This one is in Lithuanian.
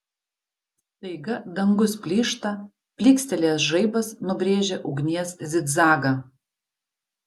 staiga dangus plyšta plykstelėjęs žaibas nubrėžia ugnies zigzagą